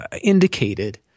indicated